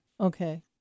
Okay